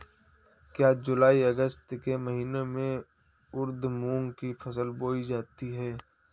क्या जूलाई अगस्त के महीने में उर्द मूंग की फसल बोई जाती है?